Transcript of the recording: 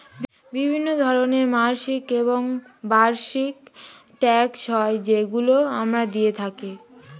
বিভিন্ন ধরনের মাসিক এবং বার্ষিক ট্যাক্স হয় যেগুলো আমরা দিয়ে থাকি